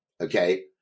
okay